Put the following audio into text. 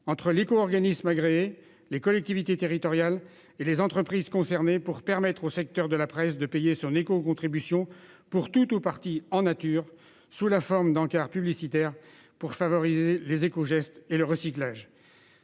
entre l'éco-organisme agréé, les collectivités territoriales et les entreprises concernées, afin de permettre au secteur de la presse de payer son écocontribution pour tout ou partie en nature, sous la forme d'encarts publicitaires visant à favoriser les écogestes et le recyclage.